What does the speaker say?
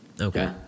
okay